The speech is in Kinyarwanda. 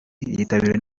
yitabiriwe